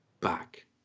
Back